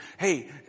hey